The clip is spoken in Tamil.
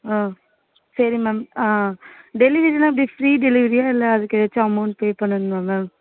ஆ சரி மேம் டெலிவெரி எல்லாம் எப்படி ஃப்ரீ டெலிவெரியா இல்லை அதுக்கு எதாச்சும் அமௌண்ட் பே பண்ணனுமா மேம்